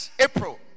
April